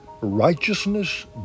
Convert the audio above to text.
righteousness